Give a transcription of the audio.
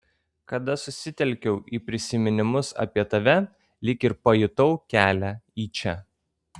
kada susitelkiau į prisiminimus apie tave lyg ir pajutau kelią į čia